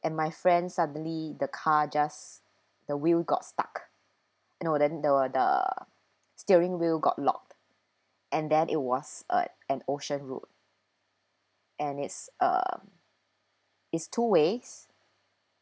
and my friend suddenly the car just the wheel got stuck you know then the the steering wheel got locked and then it was uh an ocean road and it's uh it's two ways